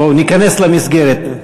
בואו וניכנס למסגרת.